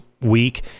week